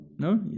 No